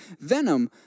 Venom